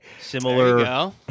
Similar